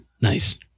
Nice